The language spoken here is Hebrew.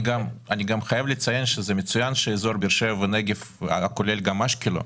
אני חייב לציין שזה מצוין שאיזור באר שבע והנגב כולל גם את אשקלון.